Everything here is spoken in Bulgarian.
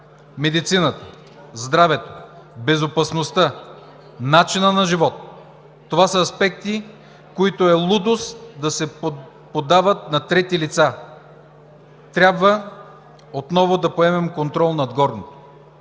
медицината, здравето, безопасността, начина на живот. Това са аспекти, които е лудост да се поддават на трети лица. Трябва отново да поемем контрол над горното.“